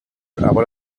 aber